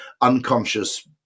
unconscious